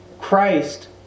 Christ